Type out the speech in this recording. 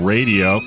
Radio